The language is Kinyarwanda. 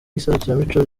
iserukiramuco